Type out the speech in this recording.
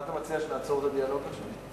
מה אתה מציע, שנעצור את הדיון עכשיו?